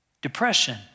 depression